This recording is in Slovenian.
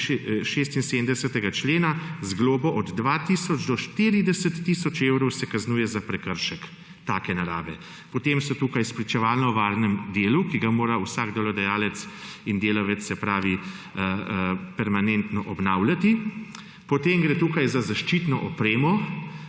76. člena, da se z globo od 2 tisoč do 40 tisoč evrov kaznuje za prekršek take narave. Potem so tukaj spričevala o varnem delu, ki ga mora vsak delodajalec in delavec permanentno obnavljati, potem gre tukaj za zaščitno opremo,